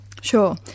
Sure